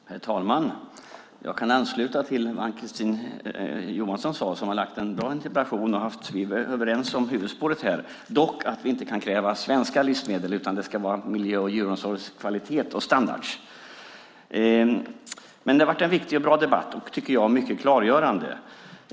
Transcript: Herr talman! Jag kan ansluta till det Ann-Kristine Johansson sade. Hon har ställt en bra interpellation. Vi är överens om huvudspåret, dock inte att vi kan kräva svenska livsmedel. Det ska vara miljö-, djuromsorgskvalitet och standarder som avgör. Det har varit en viktig, bra och mycket klargörande debatt.